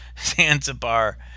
Zanzibar